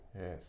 yes